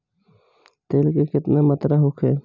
तेल के केतना मात्रा होखे?